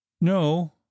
no